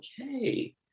okay